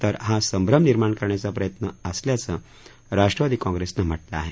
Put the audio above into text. तर हा सभ्रंम निर्माण करण्याचा प्रयत्न असल्याचं राष्ट्रवादी काँग्रेसनं म्हा ले आहे